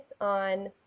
on